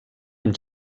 amb